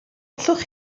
allwch